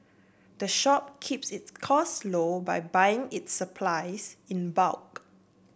the shop keeps its costs low by buying its supplies in bulk